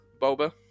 Boba